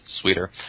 sweeter